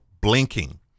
blinking